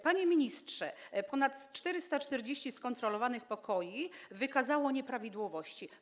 Panie ministrze, w ponad 440 skontrolowanych pokojach wykazano nieprawidłowości.